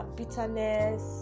bitterness